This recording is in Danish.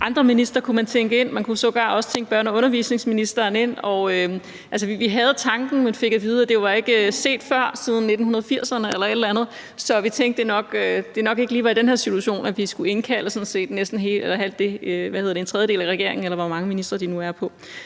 andre ministre ind; man kunne sågar også tænke børne- og undervisningsministeren ind. Altså, vi havde tanken, men fik at vide, at det ikke var set siden 1980'erne eller et eller andet, så vi tænkte, at det nok ikke lige var i den her situation, at vi skulle indkalde sådan set næsten en tredjedel af regeringen, eller hvor mange ministre de nu er.